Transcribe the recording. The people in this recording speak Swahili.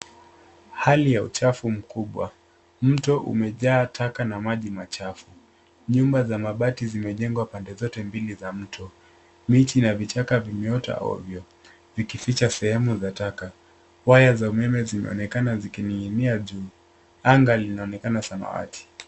Hali ya uchafu mkubwa. Mto umejaa taka na maji machafu. Nyumba za mabati zimejengwa pande zote mbili za mto. Miti na vichaka vimeota ovyo. Vikificha sehemu za taka. Waya za umeme zimeonekana zikining'inia juu. Anga linaonekana samawati.